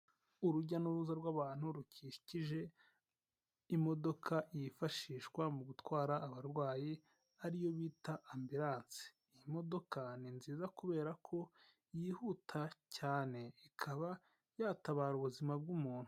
Urujya n'uruza rw'abantu rukikije imodoka yifashishwa mu gutwara abarwayi ariyo bita AMBULANCE, iyi modoka ni nziza kubera ko yihuta cyane ikaba yatabara ubuzima bw'umuntu.